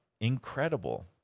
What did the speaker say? incredible